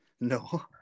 No